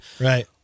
Right